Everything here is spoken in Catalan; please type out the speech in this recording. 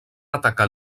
atacar